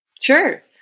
Sure